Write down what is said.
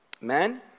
Men